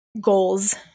goals